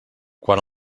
quan